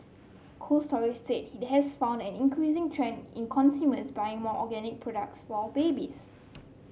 Cold Storage said it has found an increasing trend in consumers buying more organic products for babies